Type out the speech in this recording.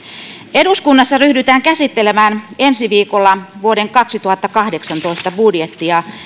eduskunnassa ryhdytään käsittelemään ensi viikolla vuoden kaksituhattakahdeksantoista budjettia